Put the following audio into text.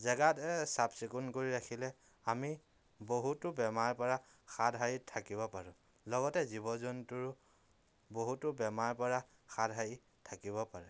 জেগাত চাফ চিকুণ কৰি ৰাখিলে আমি বহুতো বেমাৰৰ পৰা হাত সাৰি থাকিব পাৰোঁ লগতে জীৱ জন্তুৰো বহুতো বেমাৰ পৰা হাত সাৰি থাকিব পাৰে